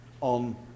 on